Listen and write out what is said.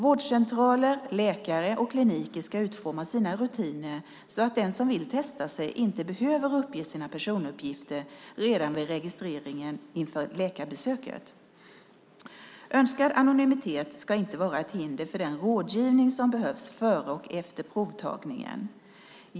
Vårdcentraler, läkare och kliniker ska utforma sina rutiner så att den som vill testa sig inte behöver uppge sina personuppgifter redan vid registreringen inför läkarbesöket. Önskad anonymitet ska inte vara ett hinder för den rådgivning som behövs före och efter provtagningen.